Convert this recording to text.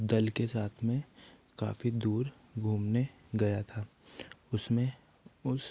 दल के साथ में काफ़ी दूर घूमने गया था उसमें उस